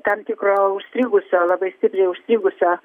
tam tikro užstrigusio labai stipriai užstrigusio